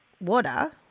water